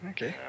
Okay